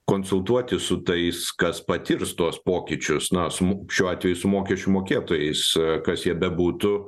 konsultuotis su tais kas patirs tuos pokyčius na su šiuo atveju su mokesčių mokėtojais kas jie bebūtų